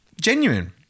genuine